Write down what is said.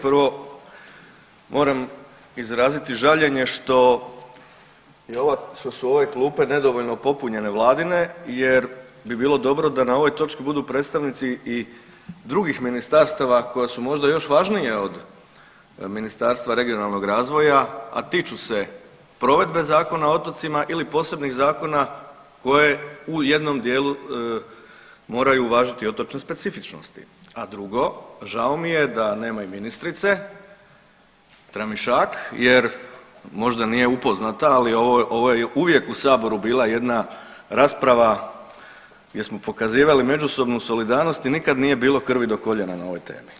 Prvo moram izraziti žaljenje što su ove klupe nedovoljno popunjene vladine jer bi bilo dobro da na ovoj točki budu predstavnici i drugih ministarstava koja su možda još važnija od Ministarstva regionalnog razvoja, a tiču se provedbe Zakona o otocima ili posebnih zakona koje u jednom dijelu moraju uvažiti i otočne specifičnosti, a drugo žao mi je da nema i ministrice Tramišak jer možda nije upoznata, ali ovo je uvijek u saboru bila jedna rasprava gdje smo pokazivali međusobnu solidarnost i nikad nije bilo krvi do koljena na ovoj temi.